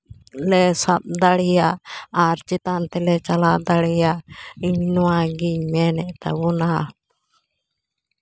ᱞᱮ ᱥᱟᱵ ᱫᱟᱲᱭᱟᱜ ᱟᱨ ᱪᱮᱛᱟᱱ ᱛᱮᱞᱮ ᱪᱟᱞᱟᱣ ᱫᱟᱲᱮᱭᱟᱜ ᱤᱧ ᱱᱚᱣᱟ ᱜᱮᱧ ᱢᱮᱱᱮᱫ ᱛᱟᱵᱚᱱᱟ